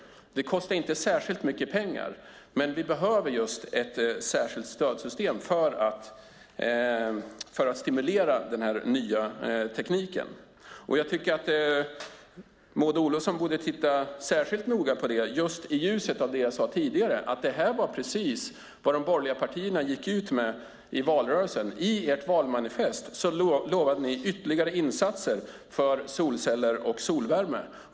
Det kostar inte särskilt mycket pengar, men vi behöver ett särskilt stödsystem för att stimulera den nya tekniken. Jag tycker att Maud Olofsson borde titta särskilt noga på det i ljuset av det jag sade tidigare, att det här var precis vad de borgerliga partierna gick ut med i valrörelsen. I ert valmanifest lovade ni ytterligare insatser för solceller och solvärme.